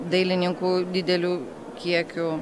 dailininkų dideliu kiekiu